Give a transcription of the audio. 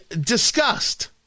discussed